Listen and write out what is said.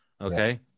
Okay